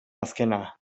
azkena